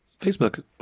Facebook